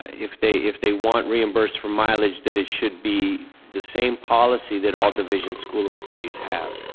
if they if they want reimbursed for mileage, that it should be the same policy that all division school employees have.